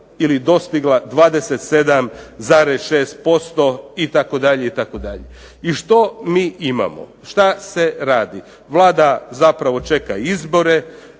ili dostigla 27,6% itd., itd. I što mi imamo, što se radi? Vlada zapravo čeka izbore.